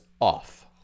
off